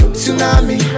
Tsunami